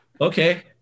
okay